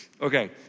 Okay